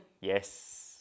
Yes